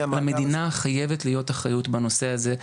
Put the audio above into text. למדינה חייבת להיות אחריות בנושא הזה.